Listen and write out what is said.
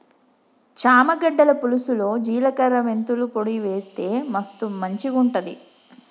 చామ గడ్డల పులుసులో జిలకర మెంతుల పొడి వేస్తె మస్తు మంచిగుంటది